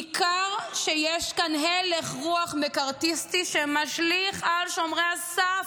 ניכר שיש כאן הלך רוח מקארתיסטי שמשליך על שומרי הסף,